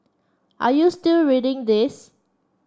are you still reading this